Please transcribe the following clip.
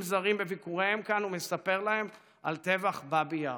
זרים בביקוריהם כאן ומספר להם על טבח באבי יאר.